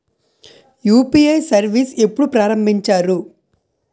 UPI service ఎప్పుడు ప్రారంభించారు?